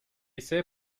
ise